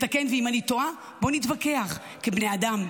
ואם אני טועה, בוא נתווכח כבני אדם.